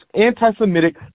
anti-Semitic